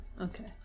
Okay